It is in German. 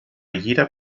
jeder